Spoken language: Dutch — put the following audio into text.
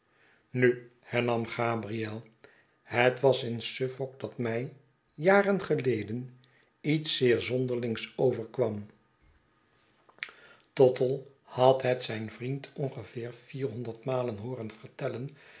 nu hernam gabriel het was in suffolk dat mij jaren geleden iets zeer zonderlings overkwam tottle had het zijn vriend ongeveer vier honderd malen hooren vertellen